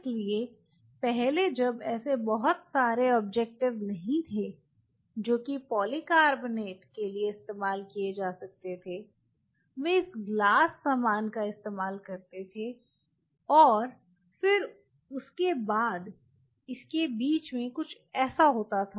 इसलिए पहले जब ऐसे बहुत सारे ऑब्जेक्टिव नहीं थे जो कि पॉलीकार्बोनेट के लिए इस्तेमाल किए जा सकते थे वे इस ग्लास सामान का इस्तेमाल करते थे और फिर उसके बाद इसके बीच में कुछ ऐसा होता था